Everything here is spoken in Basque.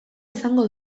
izango